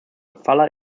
fuller